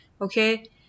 okay